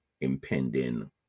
impending